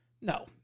No